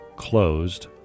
closed